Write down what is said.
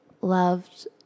loved